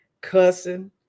cussing